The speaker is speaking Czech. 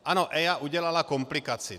Ano, EIA udělala komplikaci.